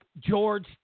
George